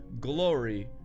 glory